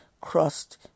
crossed